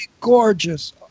gorgeous